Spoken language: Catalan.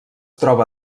troba